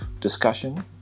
discussion